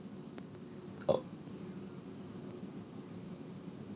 oh